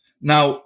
Now